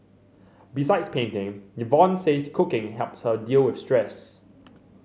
besides painting Yvonne says cooking helps her deal with stress